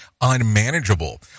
unmanageable